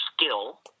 skill